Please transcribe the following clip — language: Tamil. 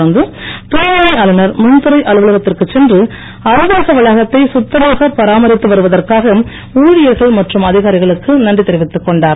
தொடர்ந்து துணைநிலை ஆளுநர் மின்துறை அலுவலகத்திற்கு சென்று அலுவலக வளாகத்தை கத்தமாக பராமரித்து வருவதற்காக ஊழியர்கள் மற்றும் அதிகாரிகளுக்கு நன்றி தெரிவித்துக் கொண்டார்